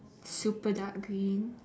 super dark green